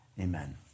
Amen